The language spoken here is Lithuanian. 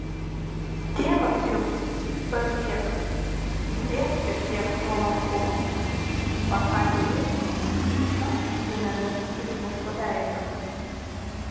tėvas jums storžieviams įkrės šiek tiek nuolankumo pasakė jis pykčio dėmėmis išmuštu veidu